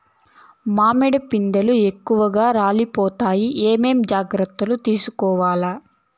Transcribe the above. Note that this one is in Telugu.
మామిడి పిందెలు ఎక్కువగా రాలిపోతాయి ఏమేం జాగ్రత్తలు తీసుకోవల్ల?